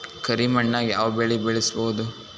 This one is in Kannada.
ಕರಿ ಮಣ್ಣಾಗ್ ಯಾವ್ ಬೆಳಿ ಬೆಳ್ಸಬೋದು?